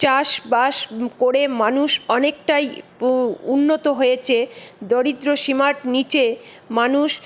চাষবাস করে মানুষ অনেকটাই উন্নত হয়েছে দরিদ্র সীমার নীচে মানুষ